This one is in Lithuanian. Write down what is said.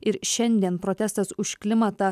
ir šiandien protestas už klimatą